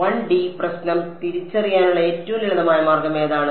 1D പ്രശ്നം തിരിച്ചറിയാനുള്ള ഏറ്റവും ലളിതമായ മാർഗം ഏതാണ്